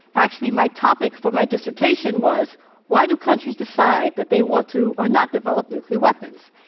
actually, my topic for my dissertation was why do countries decide that they want to or not develop nuclear weapons?